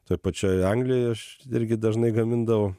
toj pačioj anglijoj aš irgi dažnai gamindavau